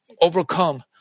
overcome